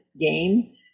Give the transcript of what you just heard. game